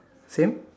same